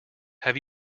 have